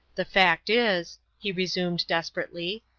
the fact is, he resumed, desperately,